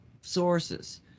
sources